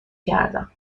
کردم